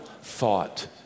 thought